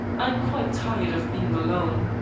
i am quite tired of being alone.